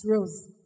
Rose